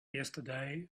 yesterday